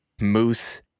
Moose